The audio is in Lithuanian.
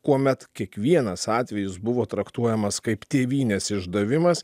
kuomet kiekvienas atvejis buvo traktuojamas kaip tėvynės išdavimas